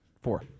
Four